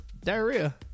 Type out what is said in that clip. Diarrhea